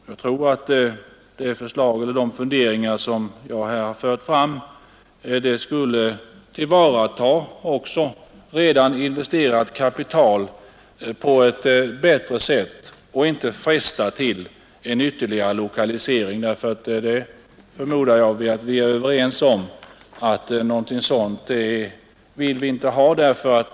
Jag tror att åtgärder i enlighet med de funderingar som jag här fört fram skulle tillvarata också redan investerat kapital på ett bättre sätt och inte skulle fresta till en ytterligare centraliseringsverksamhet. Jag förmodar att vi är överens om att vi inte vill ha någon sådan.